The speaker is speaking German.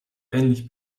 ähnlich